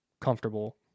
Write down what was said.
comfortable